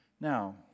Now